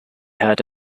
heard